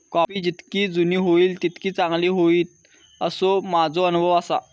coffee जितकी जुनी होईत तितकी चांगली होईत, असो माझो अनुभव आसा